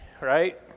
right